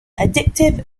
addictive